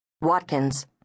Watkins